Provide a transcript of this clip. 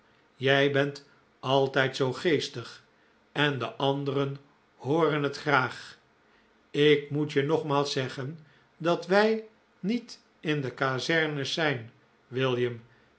jij bent altijd zoo geestig en de anderen hooren het graag ik moet je nogmaals zeggen dat wij niet in de kazerne zijn